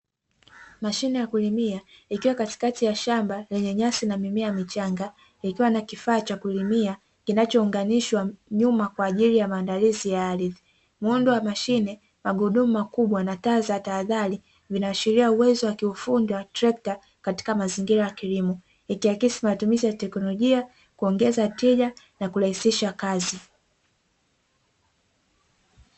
Mashine ya kulimia ikiwa katikati ya shamba lenye nyasi na mimea michanga ikiwa na kifaa cha kulima kinachounganishwa nyuma kwa ajili ya maandalizi ya ardhi, muundo wa mashine, magurudumu makubwa na taa za tahadhari vinaashiria uwezo wa kiufundi wa trekta katika mazingira ya kilimo ikiakisi matumizi ya kiteknolojia kuongeza tija na kurahisisha kazi.